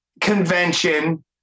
convention